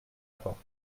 porte